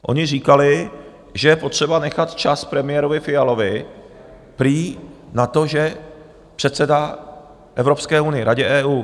Oni říkali, že je potřeba nechat čas premiérovi Fialovi, prý na to, že předsedá Evropské unii, Radě EU.